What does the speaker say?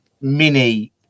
mini